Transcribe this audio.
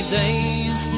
days